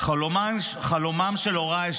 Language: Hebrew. חלומם של הוריי,